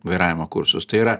vairavimo kursus tai yra